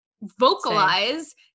vocalize